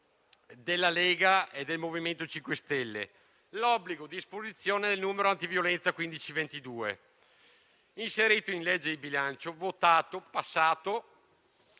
della Lega e del MoVimento 5 Stelle e introduceva l'obbligo di esposizione del numero antiviolenza 1522. Inserito in legge di bilancio, votato e approvato,